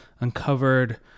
uncovered